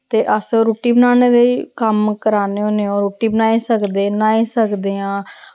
ते अस रुट्टी बनाने दे कम्म कराने होन्ने आं ओह् रुट्टी बनाई सकदे न्हाई सकदे आं